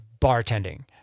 bartending